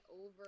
over